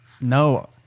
No